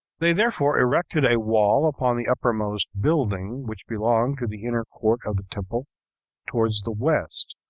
they therefore erected a wall upon the uppermost building which belonged to the inner court of the temple towards the west,